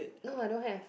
no I don't have